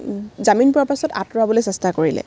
জামিন পোৱাৰ পাছত আঁতৰাবলৈ চেষ্টা কৰিলে